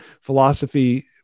philosophy